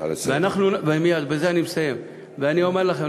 ואני אומר לכם,